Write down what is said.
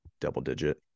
double-digit